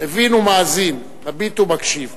מבין ומאזין, מביט ומקשיב.